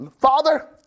Father